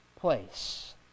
place